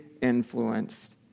influenced